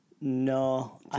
No